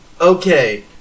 Okay